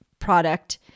product